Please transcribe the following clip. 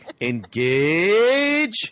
engage